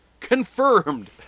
Confirmed